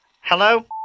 Hello